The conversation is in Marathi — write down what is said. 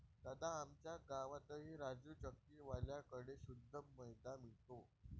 दादा, आमच्या गावातही राजू चक्की वाल्या कड़े शुद्ध मैदा मिळतो